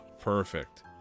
perfect